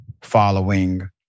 following